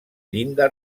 llinda